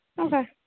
Okay